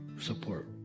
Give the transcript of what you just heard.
support